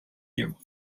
you